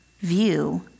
view